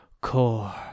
core